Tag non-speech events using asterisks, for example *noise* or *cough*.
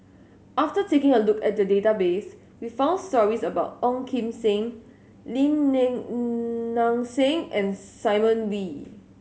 after taking a look at the database we found stories about Ong Kim Seng Lim *unintelligible* Nang Seng and Simon Wee